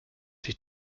sich